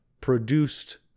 produced